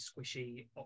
squishy